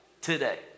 today